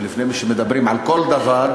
ולפני שמדברים על כל דבר,